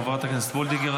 חברת הכנסת וולדיגר,